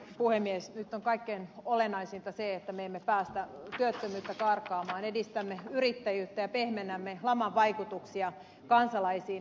nyt on kaikkein olennaisinta se että me emme päästä työttömyyttä karkaamaan edistämme yrittäjyyttä ja pehmennämme laman vaikutuksia kansalaisiin